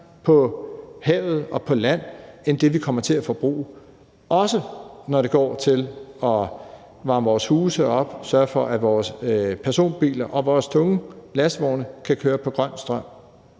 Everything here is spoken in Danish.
på hav og på land end det, vi kommer til at forbruge, også når det går til at varme vores huse op og til at sørge for, at vores personbiler og vores tunge lastvogne kan køre på grøn strøm.